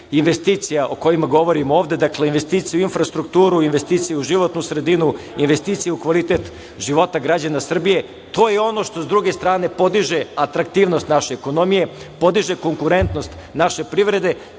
investicija o kojima govorim ovde, dakle investicije u infrastrukturu, investicije u životnu sredinu, investicije u kvalitet života građana Srbije. To je ono što s druge strane podiže aktraktivnost naše ekonomije, podiže konkurentnost naše privrede,